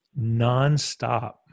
nonstop